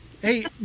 Hey